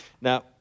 Now